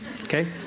Okay